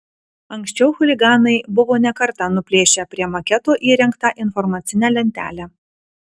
anksčiau chuliganai buvo ne kartą nuplėšę prie maketo įrengtą informacinę lentelę